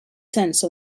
sense